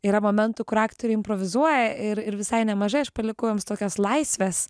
yra momentų kur aktoriai improvizuoja ir ir visai nemažai aš palikau jiems tokios laisvės